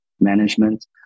management